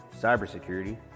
cybersecurity